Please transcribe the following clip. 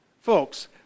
Folks